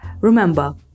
Remember